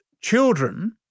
children